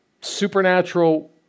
supernatural